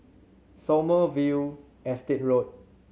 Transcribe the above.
Sommerville Estate Road